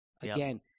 Again